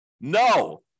No